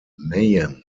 mayhem